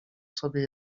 sobie